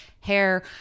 hair